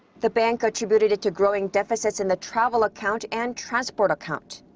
the bank attributed it to growing deficits in the travel account and transport account.